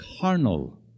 carnal